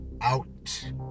out